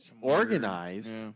organized